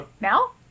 now